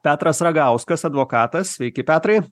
petras ragauskas advokatas sveiki petrai